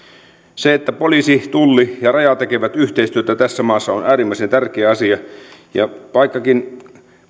se että poliisi tulli ja raja tekevät yhteistyötä tässä maassa on äärimmäisen tärkeä asia ja vaikkakin